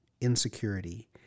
insecurity